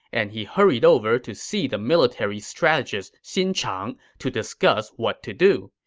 and he hurried over to see the military strategist xin chang to discuss what to do.